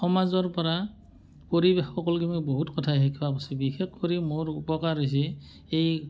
সমাজৰ পৰা পৰিৱেশ সকলোকে মই বহুত কথাই শিকাব পাৰিছো বিশেষ কৰি মোৰ উপকাৰ হৈছে এই